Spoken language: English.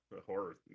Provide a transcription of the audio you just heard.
horror